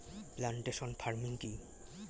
Plantation farming কি?